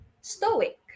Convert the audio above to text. stoic